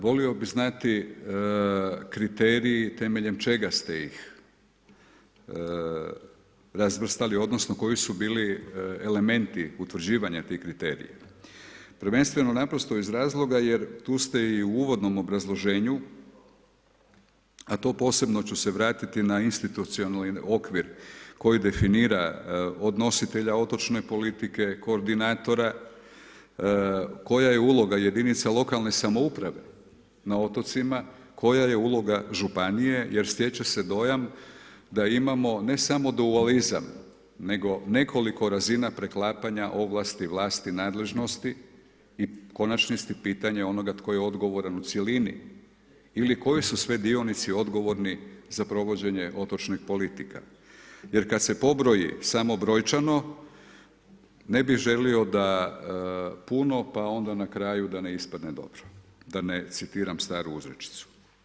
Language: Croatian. Volio bi znati kriterije temeljem čega ste ih razvrstali, odnosno koji su bili elementi utvrđivanja tih kriterija, prvenstveno naprosto iz razloga jer tu ste i u uvodnom obrazloženju a to posebno ću se vratiti i na institucionalni okvir koji definira odnositelja otočne politike, koordinatora, koja je uloga jedinica lokalne samouprave na otocima, koja je uloga županije jer stječe se dojam da imamo ne samo dualizam nego nekoliko razina preklapanja ovlasti vlasti, nadležnosti i u konačnosti, pitanje onoga tko je odgovoran u cjelini ili koji su sve dionici odgovorni za provođenje otočnih politika jer kad se pobroji samo brojčano, ne bi želio da puno pa onda na kraju da ne ispadne dobro, da ne citiram staru uzrečicu.